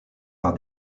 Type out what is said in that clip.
par